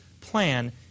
plan